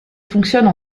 fonctionne